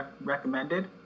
recommended